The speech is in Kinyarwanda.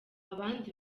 abandi